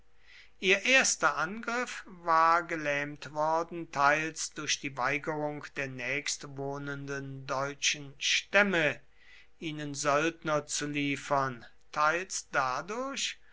ihr erster angriff war gelähmt worden teils durch die weigerung der nächstwohnenden deutschen stämme ihnen söldner zu liefern teils dadurch